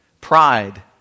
pride